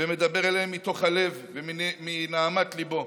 ומדבר עליהם מתוך הלב ומנהמת ליבו.